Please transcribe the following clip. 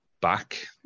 back